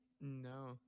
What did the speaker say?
No